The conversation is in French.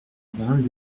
vingt